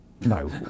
no